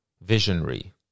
visionary